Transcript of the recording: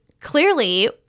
clearly